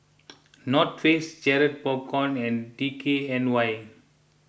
North Face Garrett Popcorn and D K N Y